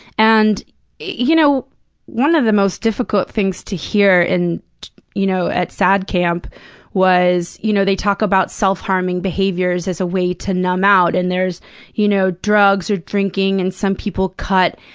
and you know one of the most difficult things to hear and you know at sad camp was you know they they talk about self-harming behaviors as a way to numb out, and there's you know drugs or drinking and some people cut,